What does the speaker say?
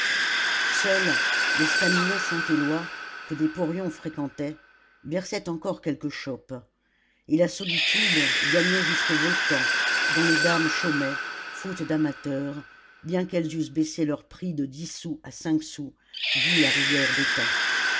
seul l'estaminet saint éloi que des porions fréquentaient versait encore quelques chopes et la solitude gagnait jusqu'au volcan dont les dames chômaient faute d'amateurs bien qu'elles eussent baissé leur prix de dix sous à cinq sous vu la rigueur des temps